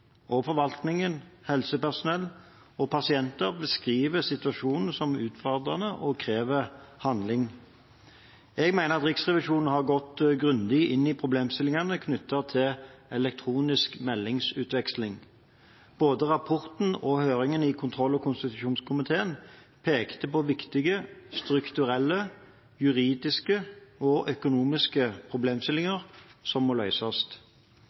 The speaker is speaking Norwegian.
og forvaltningen, helsepersonell og pasienter beskriver situasjonen som utfordrende, og krever handling. Jeg mener at Riksrevisjonen har gått grundig inn i problemstillingene knyttet til elektronisk meldingsutveksling. Både rapporten og høringen i kontroll- og konstitusjonskomiteen pekte på viktige strukturelle, juridiske og økonomiske problemstillinger som må løses.